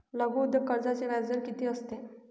लघु उद्योग कर्जाचे व्याजदर किती असते?